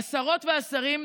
"השרות והשרים כשלו,